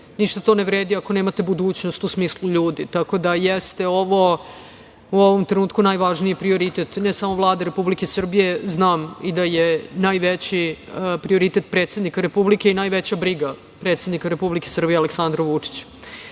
ništa to ne vredi, ako nemate budućnost u smislu ljudi. Tako da jeste ovo u ovom trenutku najvažniji prioritet, ne samo Vlade Republike Srbije, znam i da je najveći prioritet predsednika Republike i najveća briga predsednika Republike Srbije, Aleksandra Vučića.